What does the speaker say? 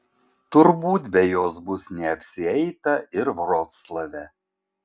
turbūt be jos bus neapsieita ir vroclave